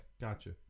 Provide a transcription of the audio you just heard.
gotcha